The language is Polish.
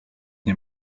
nie